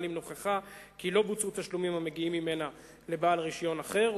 אם נוכחה כי לא בוצעו תשלומים המגיעים ממנה לבעל רשיון אחר,